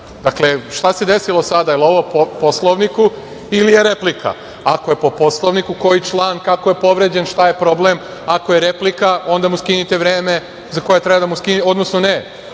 sada. Dakle, šta se desilo sada? jel ovo po Poslovniku ili je replika? Ako je po Poslovniku koji član, kako je povređen, šta je problem. Ako je replika onda mu skinite vreme, odnosno ne